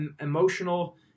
emotional